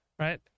Right